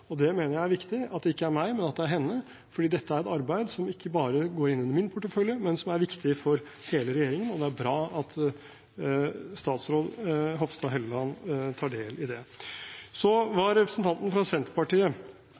Det mener jeg er viktig – at det ikke er meg, men at det er henne – fordi dette er et arbeid som ikke bare går inn under min portefølje, men som er viktig for hele regjeringen. Det er bra at statsråd Hofstad Helleland tar del i det. Så var representanten fra Senterpartiet